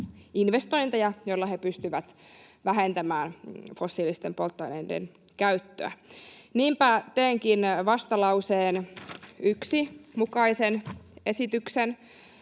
investointeja, joilla he pystyvät vähentämään fossiilisten polttoaineiden käyttöä. Niinpä teenkin vastalauseen 1 mukaisen esityksen